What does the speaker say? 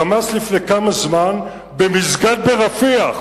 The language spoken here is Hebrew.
"חמאס" לפני כמה זמן במסגד ברפיח,